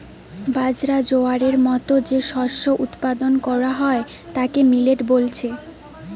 বাজরা, জোয়ারের মতো যে শস্য উৎপাদন কোরা হয় তাকে মিলেট বলছে